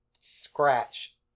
scratch